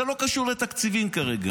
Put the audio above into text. זה לא קשור לתקציבים כרגע.